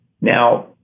Now